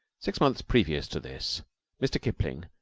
six months previous to this mr. kipling,